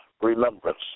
Remembrance